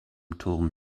turm